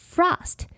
Frost